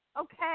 Okay